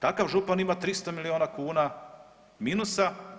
Takav župan ima 300 milijuna kuna minusa.